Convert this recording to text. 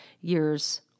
years